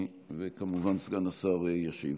וכמובן סגן השר ישיב.